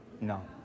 No